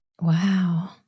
Wow